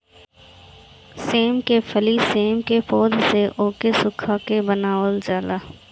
सेम के फली सेम के पौध से ओके सुखा के बनावल जाला